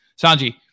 Sanji